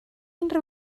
unrhyw